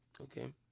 Okay